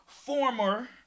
Former